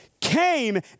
came